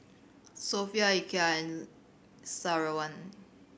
Sofea Eka and Syazwani